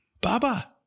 Baba